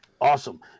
Awesome